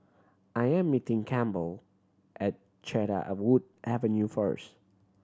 I am meeting Campbell at Cedarwood Avenue first